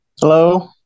Hello